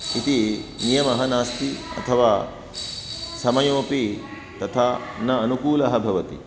इति नियमः नास्ति अथवा समयोऽपि तथा न अनुकूलः भवति